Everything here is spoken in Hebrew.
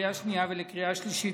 לקריאה השנייה ולקריאה השלישית,